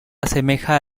asemeja